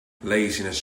laziness